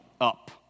up